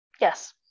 Yes